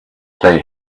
stay